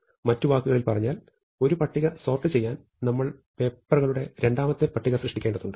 മറ്റു വാക്കുകളിൽ പറഞ്ഞാൽ ഒരു പട്ടിക സോർട്ട് ചെയ്യാൻ നമ്മൾ പേപ്പറുകളുടെ രണ്ടാമത്തെ പട്ടിക സൃഷ്ടിക്കേണ്ടതുണ്ട്